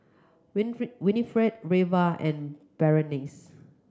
Winifred Reva and Berenice